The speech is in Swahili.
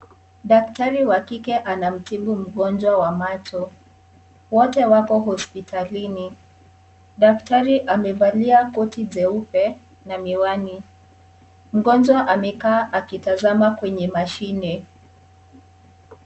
Daktari wa kike anamtibu mgonjwa wa macho, wote wako hospitalini, daktari amevalia koti jeupe na miwani, mgonjwa amekaa akitazama kwenye mashine.